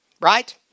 right